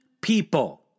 people